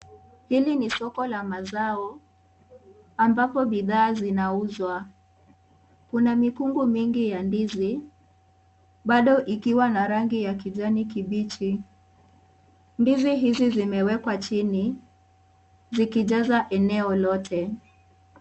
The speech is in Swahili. Hili ni soko la mazao, ambapo bidhaa zinauzwa. Kuna mikungu mingi ya ndizi bado ikiwa na rangi ya kijani kibichi . Ndizi hizi zimewekwa chini zikijaza eneo lote.